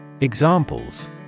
Examples